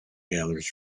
gathers